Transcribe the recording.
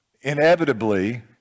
inevitably